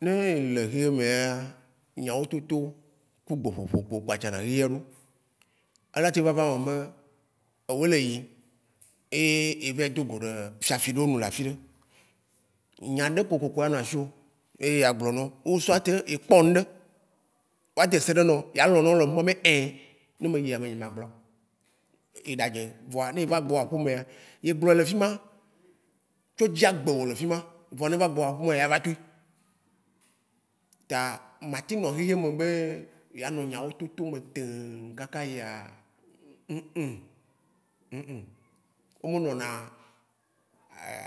Ne ele xixia me ya, nyawototo ku gbeƒoƒo kpoe kpatsa na xixia ɖo, ela teŋ vava me be, ewoe le yiyi ye eva do go fiafi ɖewo nu le afiɖe. Nyaɖe kokoko anɔ asi wò ye agblɔ nɔwo ou soit ye kpɔ ŋɖe, woade se ɖe nɔwò, ya lɔ nɔwo le huma be ein ne me yia nye magblɔ o, eɖadze, vɔa ne eva gbɔ va aƒe mea, ye gblɔe le fima tsɔ dzi agbewò le fima vɔ ne egbɔ va aƒeme ya va toe. Ta matem nɔ xixeme be yeanɔ nyawo toto me teee kaka yia oun oun wo me nɔna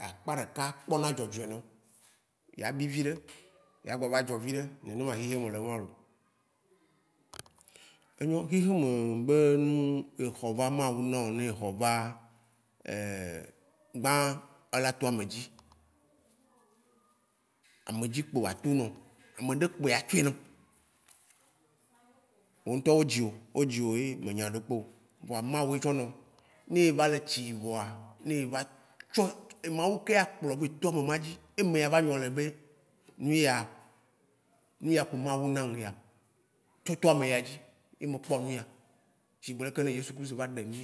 akpa ɖeka kpɔna dzɔdzɔe nɛ o. Ya bi viɖe, ya gba va dzɔ viɖe. Nenema xixime le yema loo. Enyo, xixeme be nu ye xɔ va, Mawu na wò ne exɔ va, gbã, ela to ame dzi. Amedzi kpo ba to nɔ, ameɖe kpoe ya tsɔe nɔ. Wò ŋutɔ wo dziwò, wo dziwò ye menya ŋɖekpe o, vɔa Mawu ye tsɔ nɔ, ne eva le tsi voa, ne eva tsɔ, Mawu ke akplɔwò be to amema dzi, ye me ye ava nyɔ le be nuya nuya kpo Mawu nam ye ya, tsɔ to ameya dzi ye me kpɔ enuya, sigbe leke ne yesu Kristo va ɖe mì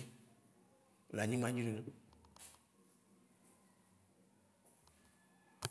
le xixeame nene loo.